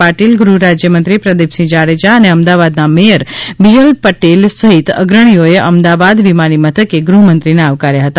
પાટીલ ગૃહ રાજયમંત્રી પ્રદીપસિંહ જાડેજા અને અમદાવાદના મેયર બીજલ પટેલ સહિત અગ્રણીઓએ અમદાવાદ વિમાની મથકે ગૃહમંત્રીને આવકાર્યા હતા